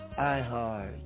iHeart